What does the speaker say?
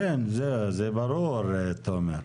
זה ברור, תומר.